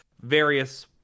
various